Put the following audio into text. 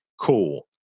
cool